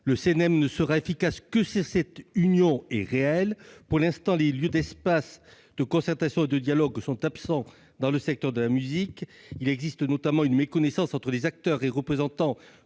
Le CNM ne sera efficace que si cette union est réelle. Pour l'instant, les lieux de concertation et de dialogue manquent dans le secteur de la musique. On constate notamment une méconnaissance entre les acteurs et représentants